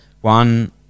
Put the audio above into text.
one